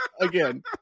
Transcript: again